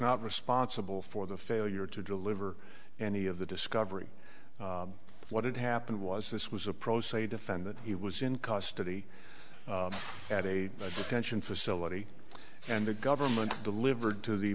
not responsible for the failure to deliver any of the discovery of what had happened was this was a pro se defend that he was in custody at a pension facility and the government delivered to the